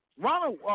Ronald